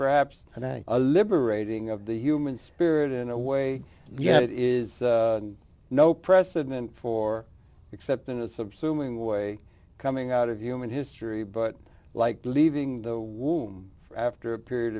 perhaps a liberating of the human spirit in a way yet it is no precedent for except in a subsuming way coming out of human history but like leaving the womb after a period